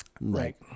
Right